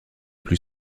plus